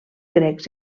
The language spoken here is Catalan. grecs